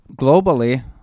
Globally